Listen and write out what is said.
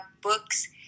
books